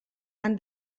han